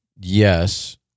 Yes